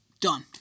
Done